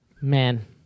Man